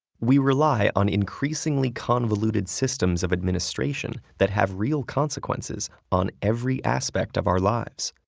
we rely on increasingly convoluted systems of administration that have real consequences on every aspect of our lives.